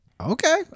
okay